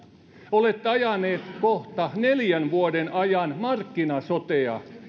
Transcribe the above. olette ajaneet kohta neljän vuoden ajan markkina sotea